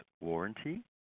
warranty